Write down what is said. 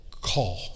call